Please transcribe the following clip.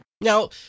Now